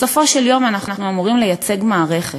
בסופו של דבר אנחנו אמורים לייצג מערכת,